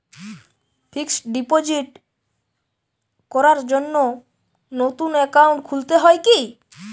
Fix deposit করার জন্য নতুন অ্যাকাউন্ট খুলতে হয় কী?